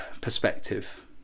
perspective